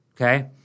Okay